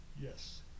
Yes